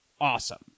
awesome